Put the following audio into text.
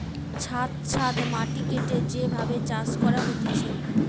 ছাদ ছাদ মাটি কেটে যে ভাবে চাষ করা হতিছে